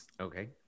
Okay